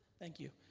thank you.